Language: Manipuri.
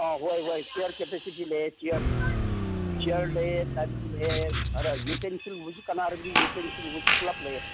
ꯑꯥ ꯍꯣꯏ ꯍꯣꯏ ꯆꯦꯌꯥꯔ ꯀꯦꯄꯥꯁꯤꯇꯤ ꯂꯩꯌꯦ ꯆꯦꯌꯥꯔ ꯆꯦꯌꯥꯔ ꯂꯩꯌꯦ ꯂꯩꯌꯦ ꯑꯗ ꯌꯨꯇꯦꯟꯁꯤꯜꯒꯨꯝꯕꯁꯨ ꯀꯥꯟꯅꯔꯕꯗꯤ ꯌꯨꯇꯦꯟꯁꯤꯜꯒꯨꯝꯕꯁꯨ ꯄꯨꯟꯂꯞ ꯂꯩꯌꯦ